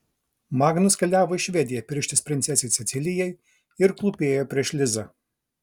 magnus keliavo į švediją pirštis princesei cecilijai ir klūpėjo prieš lizą